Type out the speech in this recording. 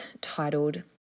titled